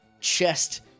chest